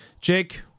Jake